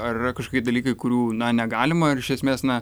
ar yra kažkokie dalykai kurių na negalima ar iš esmės na